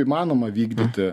įmanoma vykdyti